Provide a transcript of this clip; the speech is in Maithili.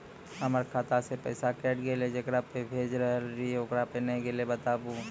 हमर खाता से पैसा कैट गेल जेकरा पे भेज रहल रहियै ओकरा पे नैय गेलै बताबू?